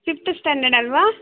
fifth standard ಅಲ್ವ